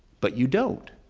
but you don't.